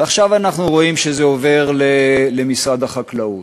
ועכשיו אנחנו רואים שזה עובר למשרד החקלאות.